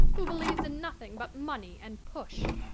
who believes in nothing but money and push.